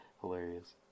hilarious